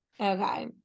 okay